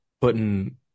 putting